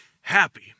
happy